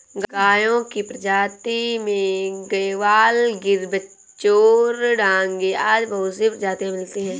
गायों की प्रजाति में गयवाल, गिर, बिच्चौर, डांगी आदि बहुत सी प्रजातियां मिलती है